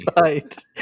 right